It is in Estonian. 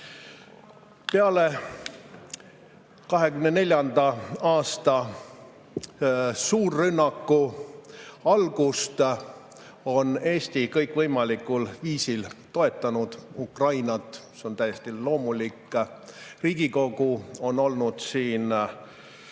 [2022]. aasta suurrünnaku algust on Eesti kõikvõimalikul viisil toetanud Ukrainat. See on täiesti loomulik. Riigikogu on olnud siin